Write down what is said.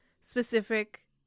specific